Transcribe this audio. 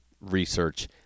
research